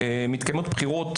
שמתקיימות בחירות